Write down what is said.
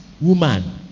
woman